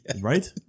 right